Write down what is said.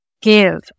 give